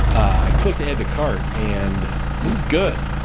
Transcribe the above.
i clicked add to cart and this is good,